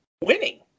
winning